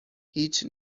هیچ